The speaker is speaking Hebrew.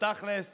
בתכלס